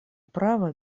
право